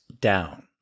down